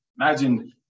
imagine